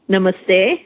नमस्ते